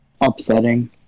upsetting